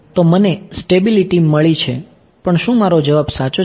તો મને સ્ટેબિલિટી મળી છે પણ શું મારો જવાબ સાચો છે